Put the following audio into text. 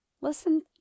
Listen